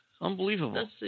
Unbelievable